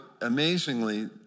amazingly